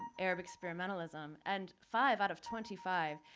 arab experimentalism, and five out of twenty five,